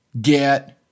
get